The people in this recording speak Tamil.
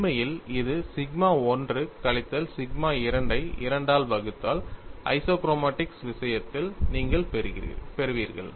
உண்மையில் இது சிக்மா 1 கழித்தல் சிக்மா 2 ஐ 2 ஆல் வகுத்தால் ஐசோக்ரோமாடிக்ஸ் விஷயத்தில் நீங்கள் பெறுவீர்கள்